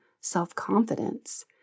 self-confidence